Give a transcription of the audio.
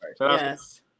Yes